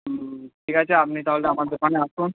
হুম ঠিক আছে আপনি তাহলে আমার দোকানে আসুন